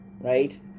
right